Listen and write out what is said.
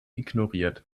ignoriert